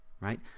right